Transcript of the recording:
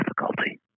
difficulty